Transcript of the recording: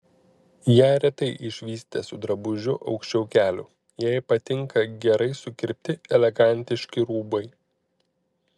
ją retai išvysite su drabužiu aukščiau kelių jai patinka gerai sukirpti elegantiški rūbai